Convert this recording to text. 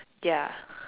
ya